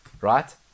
right